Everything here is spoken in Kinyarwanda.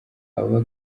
aba